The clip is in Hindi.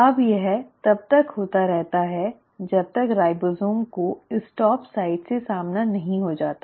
अब यह तब तक होता रहता है जब तक राइबोसोम का स्टॉप साइट से सामना नहीं हो जाता